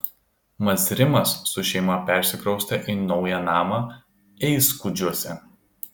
mazrimas su šeima persikraustė į naują namą eiskudžiuose